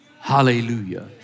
Hallelujah